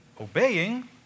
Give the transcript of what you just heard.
obeying